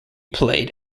played